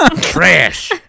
Trash